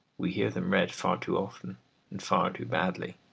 we hear them read far too often and far too badly,